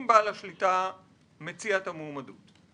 אם בעל השליטה מציע את המועמדות,